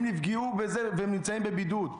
הם נפגעו והם נמצאים בבידוד,